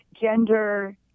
Gender